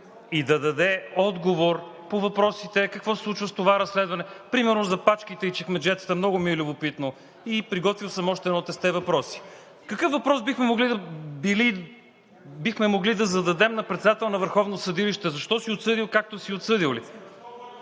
да даде отговор по въпросите какво се случва с това разследване – примерно за пачките и чекмеджетата много ми е любопитно, и съм приготвил още едно тесте въпроси. Какъв въпрос бихме могли да зададем на председател на върховно съдилище? Защо си отсъдил, както си отсъдил ли?!